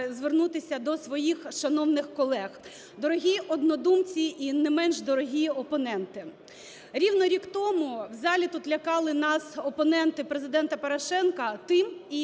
Дорогі однодумці і не менш дорогі опоненти! Рівно рік тому в залі тут лякали нас опоненти Президента Порошенка тим і